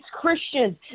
Christians